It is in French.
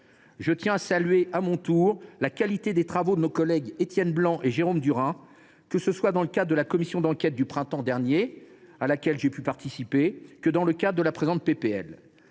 Je tiens à saluer à mon tour la qualité des travaux de nos collègues Étienne Blanc et Jérôme Durain, que ce soit dans le cadre de la commission d’enquête du printemps dernier, à laquelle j’ai pu participer, ou dans l’élaboration des textes